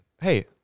Hey